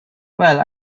well